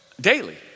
daily